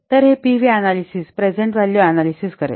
तर हे PV analysis present value analysis करेल